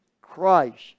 Christ